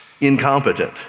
incompetent